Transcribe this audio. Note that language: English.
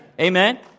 Amen